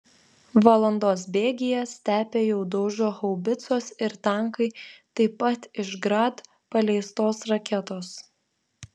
valandos bėgyje stepę jau daužo haubicos ir tankai taip pat iš grad paleistos raketos